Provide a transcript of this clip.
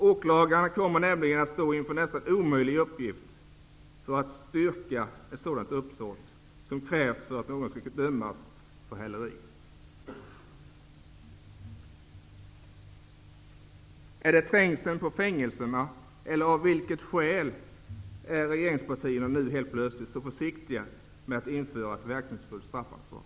Åklagaren kommer nämligen att stå inför en nästan omöjlig uppgift när det gäller att styrka ett sådant uppsåt, vilket krävs för att någon skall kunna dömas för häleri. Är det trängseln på fängelserna, eller vilket är skälet att regeringspartierna nu helt plötsligt är så försiktiga med att införa ett verkningsfullt straffansvar?